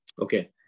Okay